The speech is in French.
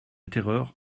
terreur